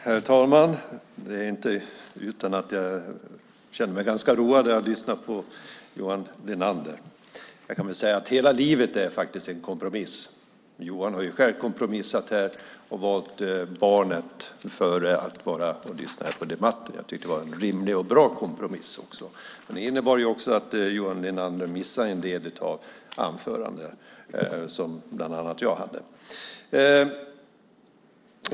Herr talman! Det är inte utan att jag känner mig ganska road när jag lyssnar på Johan Linander. Jag kan säga att hela livet faktiskt är en kompromiss. Johan har själv kompromissat i dag och valt barnet före att vara här och lyssna på debatten. Jag tycker att det var en rimlig och bra kompromiss, men den innebar att Johan Linander missade en del anföranden, bland annat det jag höll.